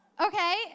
Okay